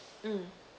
mm